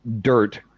dirt